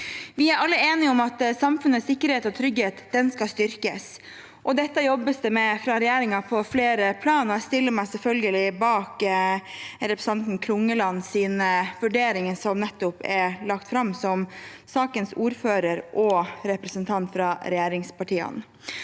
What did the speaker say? Vi er alle enige om at samfunnets sikkerhet og trygghet skal styrkes, og dette jobbes det med fra regjeringen på flere plan. Jeg stiller meg selvfølgelig bak representanten Klunglands vurderinger – som nettopp er lagt fram – som sakens ordfører og representant fra regjeringspartiene.